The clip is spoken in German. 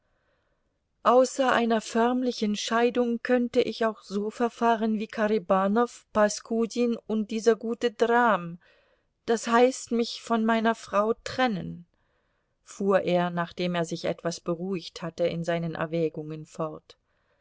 außer einer förmlichen scheidung könnte ich auch so verfahren wie karibanow paskudin und dieser gute dram das heißt mich von meiner frau trennen fuhr er nachdem er sich etwas beruhigt hatte in seinen erwägungen fort